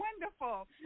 wonderful